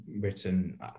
written